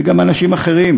וגם אנשים אחרים,